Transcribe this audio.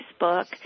Facebook